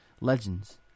legends